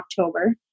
October